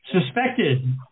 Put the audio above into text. suspected